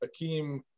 akeem